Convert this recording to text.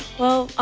well,